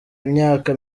imyaka